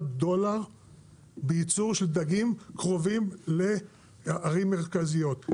דולר בייצור של דגים קרובים לערים מרכזיות,